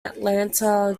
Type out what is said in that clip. atlanta